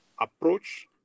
approach